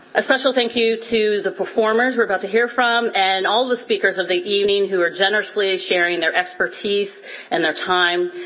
a special thank you to the performers we're about to hear from, and all the speakers of the evening who are generously sharing their expertise and their time.